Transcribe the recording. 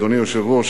אדוני היושב-ראש,